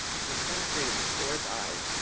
it disintegrated before his eyes,